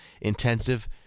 intensive